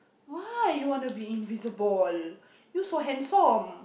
why you want to be invisible you so handsome